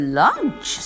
lunch